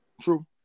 True